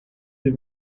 they